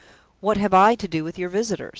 what have i to do with your visitors?